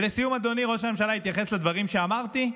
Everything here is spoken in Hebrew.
ולסיום, אדוני ראש הממשלה התייחס לדברים שאמרתי.